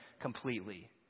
completely